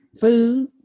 Food